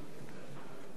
סגן שר האוצר,